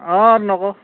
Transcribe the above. অঁ নকওঁ